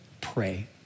pray